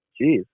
Jeez